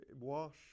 wash